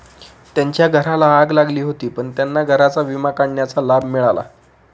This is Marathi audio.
त्यांच्या घराला आग लागली होती पण त्यांना घराचा विमा काढण्याचा लाभ मिळाला